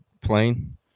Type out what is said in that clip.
plane